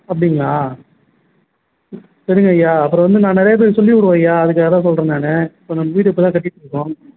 அப்படிங்களா சரிங்கய்யா அப்புறம் வந்து நான் நிறையா பேர்க்கு சொல்லிவிடுவோம் ஐயா அதுக்காக தான் சொல்கிறேன் நான் கொஞ்சம் வீடு இப்போ தான் கட்டிட்டுருக்கோம்